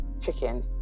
chicken